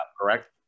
correct